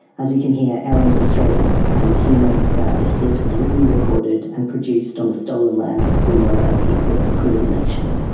as you can hear, erin is australian, and he notes that this piece was written, recorded and produced on the stolen land of the boon wurrung people of the kulin nation.